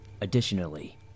Additionally